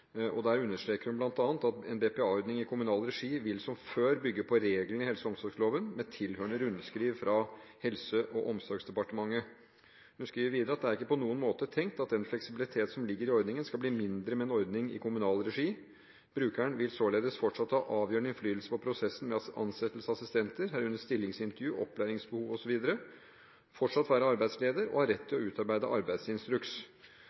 Der understreker hun bl.a. at en BPA-ordning i kommunal regi vil, som før, bygge på reglene i helse- og omsorgsloven, med tilhørende rundskriv fra Helse- og omsorgsdepartementet. Hun skriver videre at det er ikke på noen måte tenkt at den fleksibilitet som ligger i ordningen, skal bli mindre med en ordning i kommunal regi. Brukeren vil således fortsatt ha avgjørende innflytelse på prosessen med ansettelse av assistenter, herunder stillingsintervju, opplæringsbehov osv., vil fortsatt være arbeidsleder og ha rett